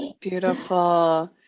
beautiful